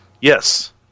Yes